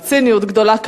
בציניות גדולה,